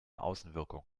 außenwirkung